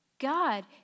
God